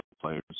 players